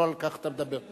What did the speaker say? לא על כך אתה מדבר,